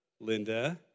Linda